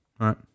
right